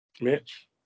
Mitch